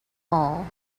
all